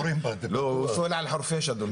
הוא שואל על חורפיש, אדוני.